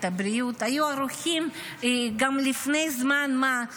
הבריאות היו ארוכים גם לפני זמן מה,